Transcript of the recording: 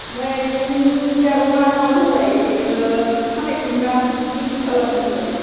नै नों जारौआ माबा होनलाय खानाय सिनग्रा बिउथि फार्लारनि होनलाय